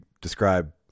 describe